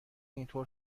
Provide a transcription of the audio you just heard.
اینطور